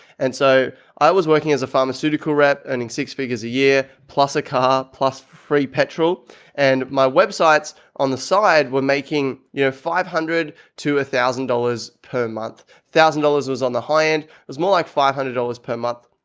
and so i was working as a pharmaceutical rep earning six figures a year plus a car plus free petrol and my websites on the side, we're making, you know, five hundred to a thousand dollars per month. thousand dollars was on the high end. it was more like five hundred dollars per month.